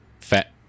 fat